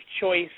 choice